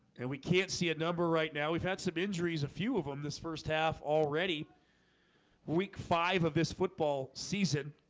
and we can't see a number right now. we've had some injuries a few of them this first half already week five of this football season